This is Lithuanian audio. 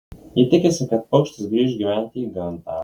ji tikisi kad paukštis grįš gyventi į gamtą